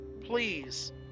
Please